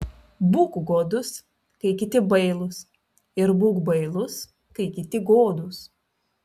būk godus kai kiti bailūs ir būk bailus kai kiti godūs